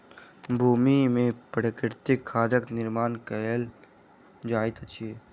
भूमि में प्राकृतिक खादक निर्माण कयल जाइत अछि